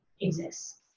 exists